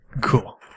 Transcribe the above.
Cool